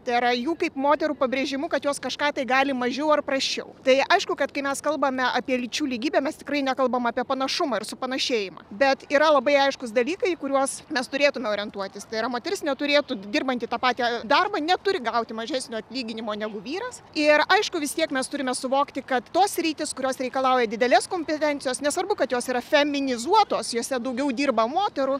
tai yra jų kaip moterų pabrėžimu kad jos kažką tai gali mažiau ar prasčiau tai aišku kad kai mes kalbame apie lyčių lygybę mes tikrai nekalbam apie panašumą ir supanašėjimą bet yra labai aiškūs dalykai kuriuos mes turėtume orientuotis tai yra moteris neturėtų dirbanti tą patį darbą neturi gauti mažesnio atlyginimo negu vyras ir aišku vis tiek mes turime suvokti kad tos sritys kurios reikalauja didelės kompetencijos nesvarbu kad jos yra feminizuotos jose daugiau dirba moterų